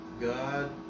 God